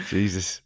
Jesus